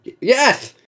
Yes